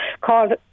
called